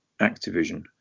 Activision